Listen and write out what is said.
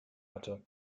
hatte